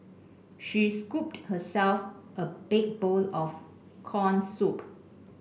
she scooped herself a big bowl of corn soup